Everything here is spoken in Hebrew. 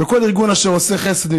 וכל ארגון אשר עושה חסד,